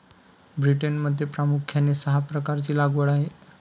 ब्रिटनमध्ये प्रामुख्याने सहा प्रकारची लागवड आहे